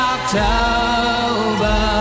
October